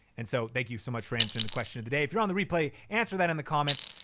and so thank you so much for answering the question of the day. if you're on the replay, answer that in the comments.